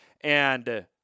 and-